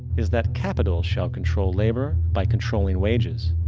is that capital shall control labor by controlling wages.